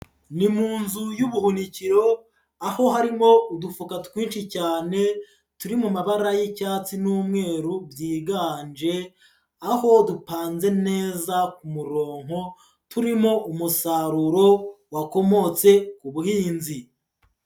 Ni muzu y'ubuhunikiro, aho harimo udufuka twinshi cyane turi mu mabara y'icyatsi n'umweru byiganje, aho dupanze neza ku murongo turimo umusaruro wakomotse ku buhinzi.